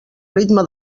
ritme